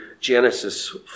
Genesis